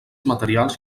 materials